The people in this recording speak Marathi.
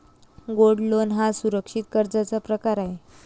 गोल्ड लोन हा सुरक्षित कर्जाचा प्रकार आहे